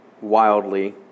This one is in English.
Wildly